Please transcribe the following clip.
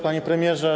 Panie Premierze!